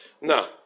Now